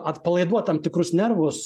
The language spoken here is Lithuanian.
atpalaiduot tam tikrus nervus